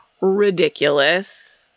ridiculous